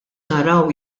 naraw